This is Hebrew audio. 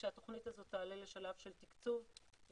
כשהתוכנית הזאת תעלה לשלב של תקצוב ועבודה.